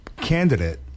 candidate